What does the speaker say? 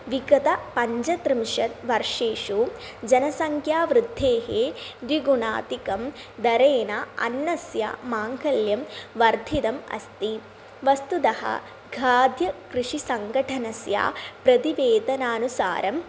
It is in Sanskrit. विगतपञ्चत्रिंशत् वर्षेषु जनसङ्ख्यावृद्धेः द्विगुणाधिकं दरेण अन्नस्य माङ्गल्यं वर्धितम् अस्ति वस्तुतः खाद्यकृषिसङ्गठनस्य प्रतिवेतनानुसारं